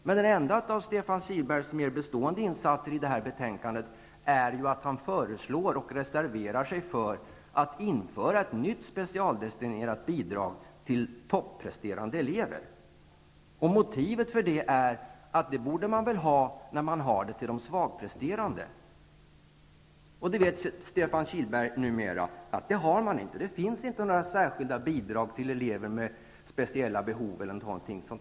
Men en av Stefan Kihlbergs mer bestående insatser till detta betänkande är att han föreslår och reserverar sig för att införa ett nytt specialdestinerat bidrag till högpresterande elever. Motivet för detta är att det borde finnas, eftersom det finns till de svagpresterande. Stefan Kihlberg vet att det numera inte gör det. Det finns inte några särskilda bidrag till elever med speciella behov.